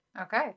Okay